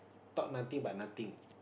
talk nothing but nothing